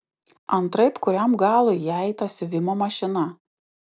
antraip kuriam galui jai ta siuvimo mašina